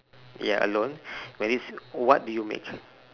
ya alone very what do you make